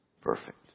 perfect